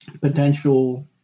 Potential